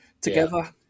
together